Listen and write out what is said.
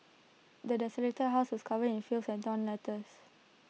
the desolated house was covered in filth and torn letters